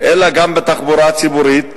אלא גם הנסיעות בתחבורה הציבורית,